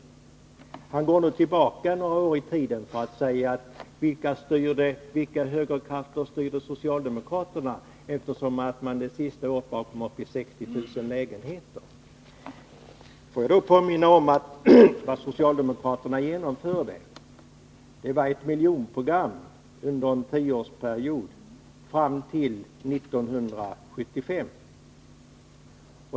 Kjell Mattsson går tillbaka några år i tiden och frågar: Vilka högerkrafter var det som styrde socialdemokraterna, eftersom de under det sista året bara kom upp till 60 000 lägenheter? Låt mig då påminna om att socialdemokraterna genomförde ett miljonprogram under en tioårsperiod, fram till 1975.